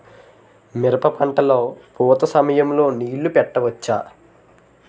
మిరప పంట లొ పూత సమయం లొ నీళ్ళు పెట్టవచ్చా?